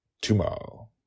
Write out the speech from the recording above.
tomorrow